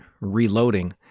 reloading